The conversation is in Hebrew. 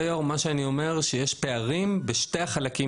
אני מבין את הקושי לחלוטין.